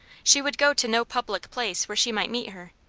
she would go to no public place where she might meet her.